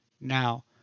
Now